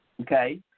Okay